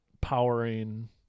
powering